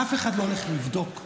אף אחד לא הולך לבדוק באמת.